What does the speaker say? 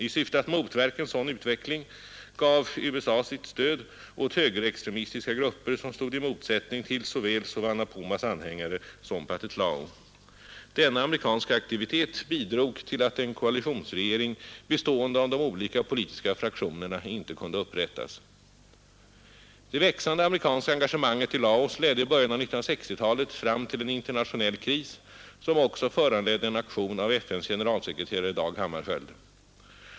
I syfte att motverka en sådan utveckling gav USA sitt stöd åt högerextremistiska grupper, som stod i motsättning till såväl Souvanna Phoumas anhängare som Pathet Lao. Denna amerikanska aktivitet bidrog till att en koalitionsregering bestående av de olika politiska fraktionerna inte kunde upprättas. Det växande amerikanska engagemanget i Laos ledde i början av 1960-talet fram till en internationell kris, som också föranledde en aktion av FN:s generalsekreterare Dag Hammarskjöld.